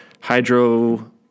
hydro